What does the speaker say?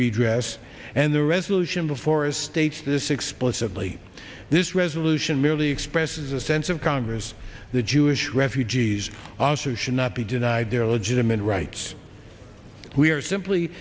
redress and the resolution before states this explicitly this resolution merely expresses a sense of congress the jewish refugees also should not be denied their legitimate rights we are simply